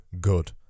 good